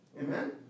Amen